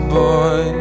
boy